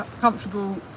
comfortable